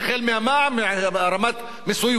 רמת מיסוי גבוהה יותר,